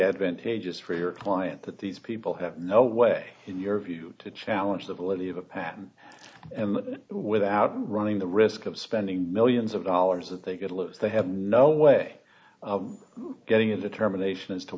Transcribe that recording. advantages for your client that these people have no way in your view to challenge the validity of a patent and without running the risk of spending millions of dollars that they could lose they have no way of getting in the terminations to